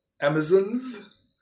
Amazons